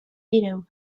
veto